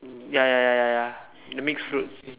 ya ya ya ya ya the mix fruits